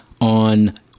on